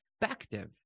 perspective